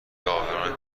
عابران